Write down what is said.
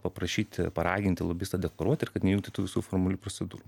paprašyti paraginti lobistą deklaruot ir kad neįjungtų visų formalių procedūrų